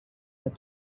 had